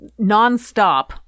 nonstop